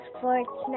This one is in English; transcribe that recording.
Sports